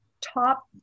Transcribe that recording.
top